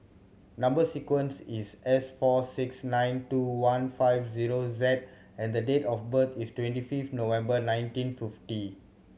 number sequence is S four six nine two one five zero Z and the date of birth is twenty fifth November nineteen fifty